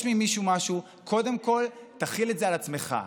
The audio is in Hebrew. ממישהו משהו: קודם כול תחיל את זה על עצמך.